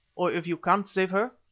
or if you can't save her,